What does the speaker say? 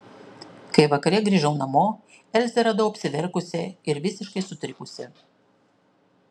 kai vakare grįžau namo elzę radau apsiverkusią ir visiškai sutrikusią